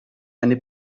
eine